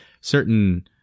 certain